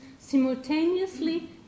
simultaneously